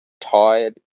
tired